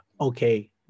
okay